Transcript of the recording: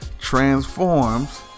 transforms